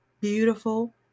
beautiful